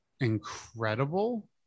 incredible